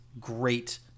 great